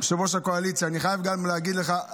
יושב-ראש הקואליציה, אני חייב להגיד גם לך,